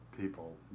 people